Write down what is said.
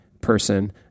person